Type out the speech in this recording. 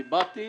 אני באתי